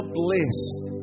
blessed